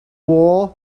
wars